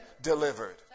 delivered